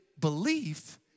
belief